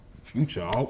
Future